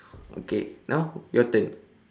okay now your turn